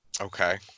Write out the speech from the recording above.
Okay